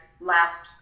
last